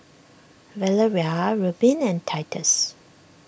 Valeria Reubin and Titus